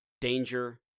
danger